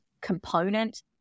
component